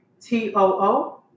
T-O-O